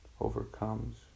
overcomes